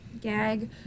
gag